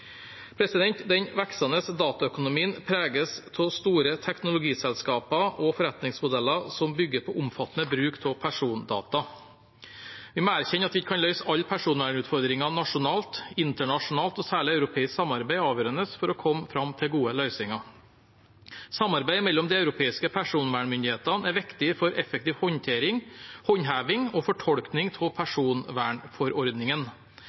Den voksende dataøkonomien preges av store teknologiselskaper og forretningsmodeller som bygger på omfattende bruk av persondata. Vi må erkjenne at vi ikke kan løse alle personvernutfordringer nasjonalt. Internasjonalt – og særlig europeisk – samarbeid er avgjørende for å komme fram til gode løsninger. Samarbeid mellom de europeiske personvernmyndighetene er viktig for effektiv håndheving og fortolkning av